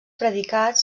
predicats